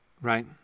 right